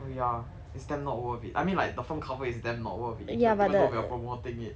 oh ya it's damn not worth it I mean like the phone cover is damn not worth it even even though we are promoting it